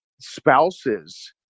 spouses